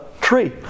tree